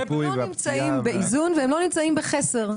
הם לא נמצאים באיזון והם לא נמצאים בחסר.